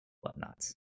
Whatnots